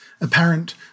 apparent